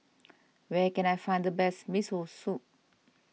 where can I find the best Miso Soup